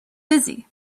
busy